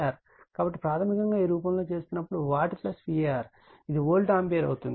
కాబట్టి ప్రాథమికంగా ఈ రూపంలో చేస్తున్నప్పుడు వాట్ var ఇది వోల్ట్ ఆంపియర్ అవుతుంది